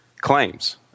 claims